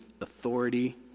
authority